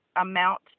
amount